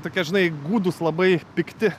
tokie žinai gūdūs labai pikti